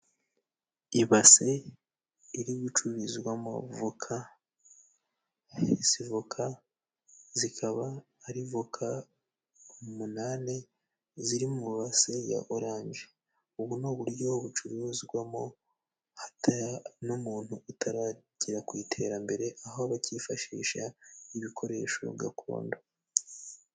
Ibase iri gucururizwamo voka izi voka zikaba ari voka umunani ziri mu base ya oranje. Ubu ni uburyo bucuruzwamo n'umuntu utaragera ku iterambere aho bakifashisha ibikoresho gakondo.